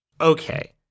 Okay